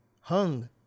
hung